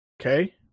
okay